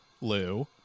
Lou